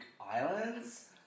islands